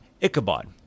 Ichabod